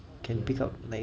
can pick up like